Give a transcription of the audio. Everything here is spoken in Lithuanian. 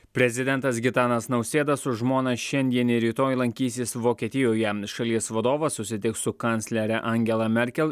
prezidentas gitanas nausėda su žmona šiandien ir rytoj lankysis vokietijoje šalies vadovas susitiks su kanclere angela merkel